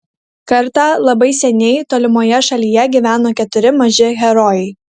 kartą labai seniai tolimoje šalyje gyveno keturi maži herojai